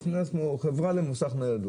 חברה למוסך נייד.